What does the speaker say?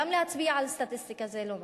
גם להצביע על סטטיסטיקה זה לא מספיק,